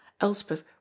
Elspeth